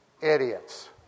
idiots